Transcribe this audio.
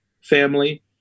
family